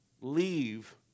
leave